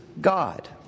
God